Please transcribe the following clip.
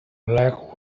black